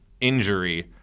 injury